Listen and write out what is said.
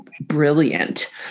brilliant